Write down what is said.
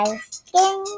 skin